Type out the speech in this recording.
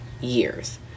years